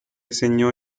segnò